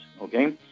okay